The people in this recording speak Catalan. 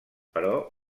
però